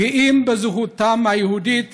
הגאים בזכותם היהודית